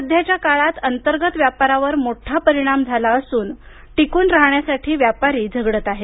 सध्याच्या काळात अंतर्गत व्यापारावर मोठा परिणाम झाला असून टिकून राहण्यासाठी व्यापारी झगडत आहेत